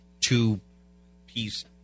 two-piece